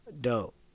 Dope